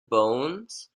bones